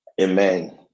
Amen